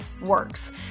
works